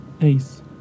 Ace